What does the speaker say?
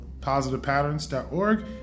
positivepatterns.org